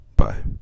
Bye